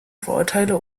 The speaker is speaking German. vorurteile